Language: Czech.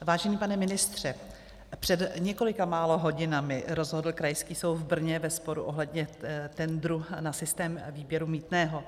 Vážený pane ministře, před několika málo hodinami rozhodl Krajský soud v Brně ve sporu ohledně tendru na systém výběru mýtného.